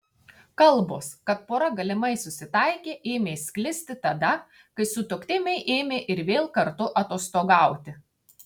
kalbos kad pora galimai susitaikė ėmė sklisti tada kai sutuoktiniai ėmė ir vėl kartu atostogauti